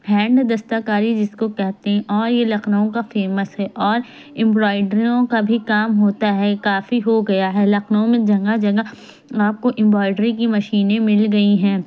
hand دستہ کاری جس کو کہتے ہیں اور یہ لکھنؤ کا فیمس ہے اور امبرائڈریوں کا بھی کام ہوتا ہے کافی ہو گیا ہے لکھنؤ میں جگہ جگہ آپ کو امبرائڈری کی مشینیں مل گئیں ہیں